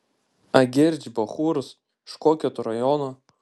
agirdž bachūras iš kokio tu rajono